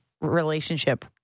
relationship